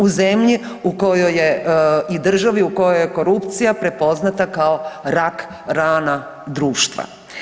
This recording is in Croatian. U zemlji u kojoj je i državi u kojoj je korupcija prepoznata kao rak rana društva.